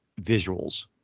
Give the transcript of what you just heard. visuals